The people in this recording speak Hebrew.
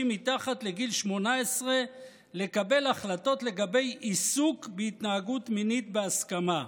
מתחת לגיל 18 לקבל החלטות לגבי עיסוק בהתנהגות מינית בהסכמה".